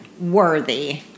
worthy